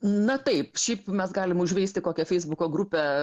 na taip šiaip mes galim užveisti kokią feisbuko grupę